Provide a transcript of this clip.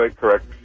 correct